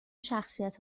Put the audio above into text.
شخصیت